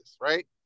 right